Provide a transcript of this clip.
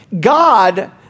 God